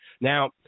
Now